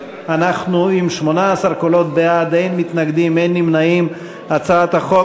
ההצעה להעביר את הצעת חוק